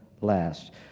last